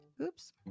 oops